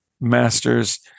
Masters